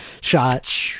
shot